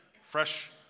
fresh